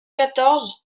quatorze